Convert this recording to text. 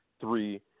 three